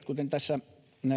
kuten tässä